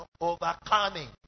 overcoming